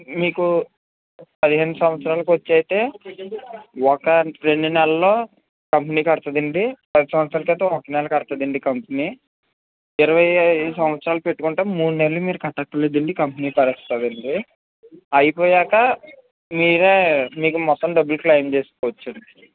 మీకు పదిహేను సంవత్సరాలకి వచ్చైతే ఒక రెండు నెలలో కంపెనీ కడుతుందండి పది నెలలకైతే ఒక నెల కడుతుందండి కంపెనీ ఇరవైదు సంవత్సరాలు పెట్టుకుంటే మూడు నెలలు మీరు కట్టక్కర్లేదు అండి కంపెనీ కట్టేస్తుంది అండి అయిపోయాక మీరే మీకు మొత్తం డబ్బులు క్లైమ్ చేసుకొచ్చు అండి